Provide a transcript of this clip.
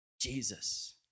Jesus